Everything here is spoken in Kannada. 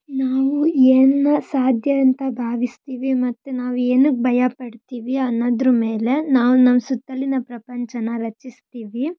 ನಾವು ಏನನ್ನ ಸಾಧ್ಯ ಅಂತ ಭಾವಿಸ್ತೀವಿ ಮತ್ತು ನಾವು ಏನಕ್ಕೆ ಭಯಪಡ್ತೀವಿ ಅನ್ನೋದ್ರ ಮೇಲೆ ನಾವು ನಮ್ಮ ಸುತ್ತಲಿನ ಪ್ರಪಂಚನಾ ರಚಿಸ್ತೀವಿ